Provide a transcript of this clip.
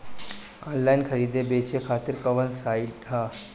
Online खरीदे बेचे खातिर कवन साइड ह?